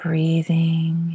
Breathing